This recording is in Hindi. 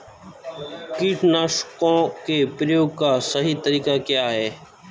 कीटनाशकों के प्रयोग का सही तरीका क्या है?